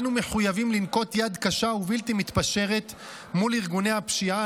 אנו מחויבים לנקוט יד קשה ובלתי מתפשרת מול ארגוני הפשיעה,